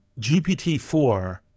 GPT-4